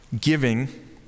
giving